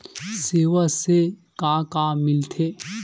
सेवा से का का मिलथे?